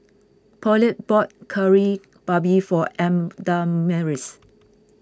Paulette bought Kari Babi for